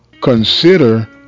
consider